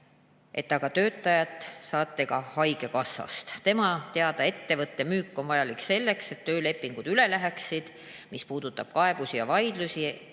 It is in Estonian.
et aga töötajat saate ka haigekassast. Tema teada ettevõtte müük on vajalik selleks, et töölepingud üle läheksid. Mis puudutab kaebusi ja vaidlusi,